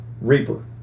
Reaper